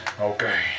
Okay